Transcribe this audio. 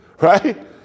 right